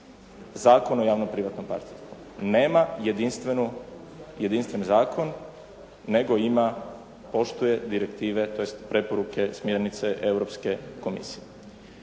Zakon o javo privatnom partnerstvu. Nema jedinstveni zakon, nego ima poštuje direktive tj. preporuke, smjernice Europske komisije.